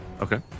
Okay